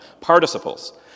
Participles